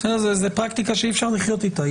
זו פרקטיקה שאי אפשר לחיות איתה.